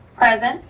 present.